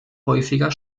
häufiger